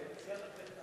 אתה מציע לבטל את,